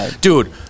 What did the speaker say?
dude